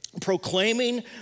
proclaiming